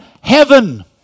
heaven